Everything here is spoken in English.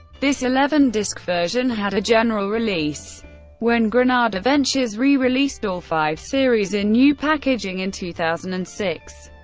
this eleven disc version had a general release when granada ventures re-released all five series in new packaging in two thousand and six.